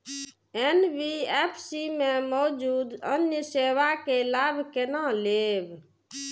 NBFC में मौजूद अन्य सेवा के लाभ केना लैब?